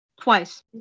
Twice